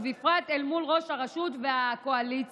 ובפרט אל מול ראש הרשות והקואליציה,